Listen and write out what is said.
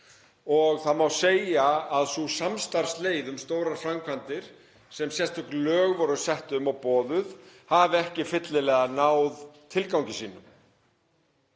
og það má segja að sú samstarfsleið um stórar framkvæmdir, sem sérstök lög voru sett um og boðuð, hafi ekki fyllilega náð tilgangi sínum.